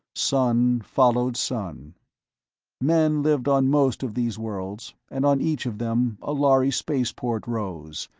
sun followed sun men lived on most of these worlds, and on each of them a lhari spaceport rose,